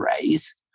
raise